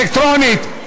אלקטרונית.